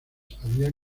había